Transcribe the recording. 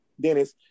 Dennis